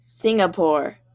singapore